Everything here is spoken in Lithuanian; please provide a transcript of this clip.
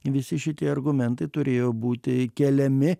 visi šitie argumentai turėjo būti keliami